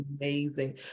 amazing